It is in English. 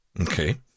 Okay